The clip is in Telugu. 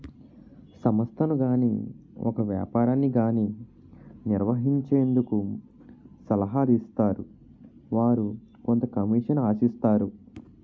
సంస్థను గాని ఒక వ్యాపారాన్ని గాని నిర్వహించేందుకు సలహాలు ఇస్తారు వారు కొంత కమిషన్ ఆశిస్తారు